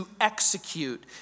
execute